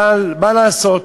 אבל מה לעשות,